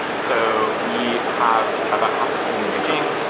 so we have about half the team in beijing.